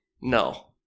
No